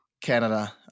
Canada